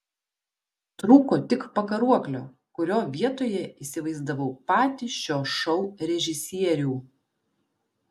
trūko tik pakaruoklio kurio vietoje įsivaizdavau patį šio šou režisierių